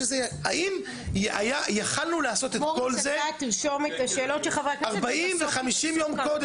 האם יכולנו לעשות את כל זה ארבעים וחמישים יום קודם.